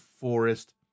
Forest